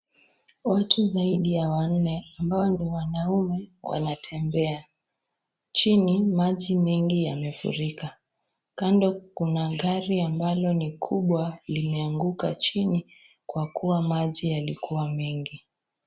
Watu zaidi ya wanne ambao ni wanaume wanatembea. Chini maji mengi yamefurika. Kando kuna gari ambalo ni kubwa limeanguka chini kwa kuwa maji yalikuwa mengi.